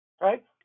right